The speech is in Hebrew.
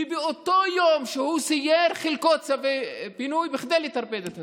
ובאותו יום שהוא סייר חולקו צווי פינוי כדי לטרפד את הסיור.